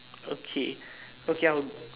okay okay I'll